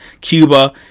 Cuba